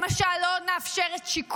למשל, לא נאפשר את שיקום